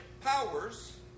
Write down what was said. powers